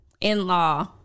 in-law